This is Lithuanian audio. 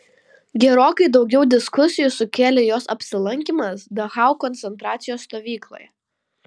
gerokai daugiau diskusijų sukėlė jos apsilankymas dachau koncentracijos stovykloje